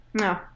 no